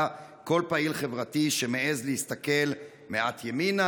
כל פעיל חברתי שמעז להסתכל מעט ימינה,